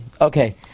Okay